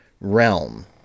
realm